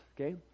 okay